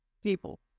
People